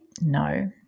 No